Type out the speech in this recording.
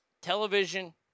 Television